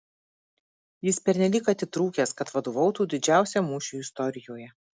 jis pernelyg atitrūkęs kad vadovautų didžiausiam mūšiui istorijoje